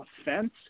offense